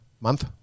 month